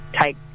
take